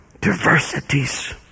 Diversities